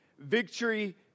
Victory